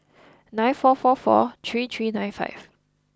nine four four four three three nine five